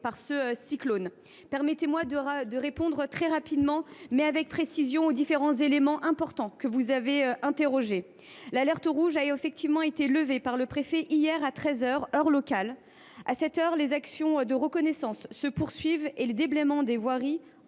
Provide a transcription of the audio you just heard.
par ce cyclone. Permettez moi de répondre très rapidement, mais avec précision, aux éléments importants que vous avez évoqués. L’alerte rouge a en effet été levée par le préfet hier à treize heures, heure locale. Les actions de reconnaissance se poursuivent et le déblaiement des voiries